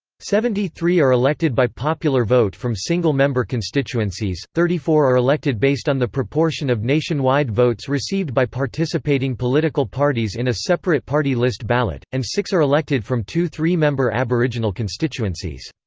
seventy-three are elected by popular vote from single-member constituencies thirty-four are elected based on the proportion of nationwide votes received by participating political parties in a separate party list ballot and six are elected from two three-member aboriginal constituencies.